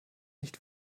nicht